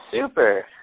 Super